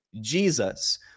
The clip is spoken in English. Jesus